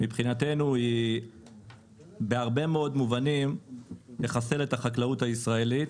היא בהרבה מאוד מובנים תחסל את החקלאות הישראלית.